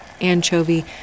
anchovy